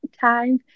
time